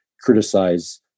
criticize